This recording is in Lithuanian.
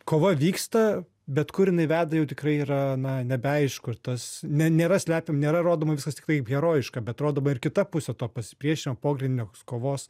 kova vyksta bet kur jinai veda jau tikrai yra na nebeaišku ir tas ne nėra slepiama nėra rodoma viskas tik kaip herojiška bet rodoma ir kita pusė to pasipriešinimo pogrindinės kovos